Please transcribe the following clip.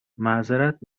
معظرت